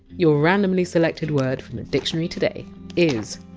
your randomly selected word from the dictionary today is!